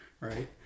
Right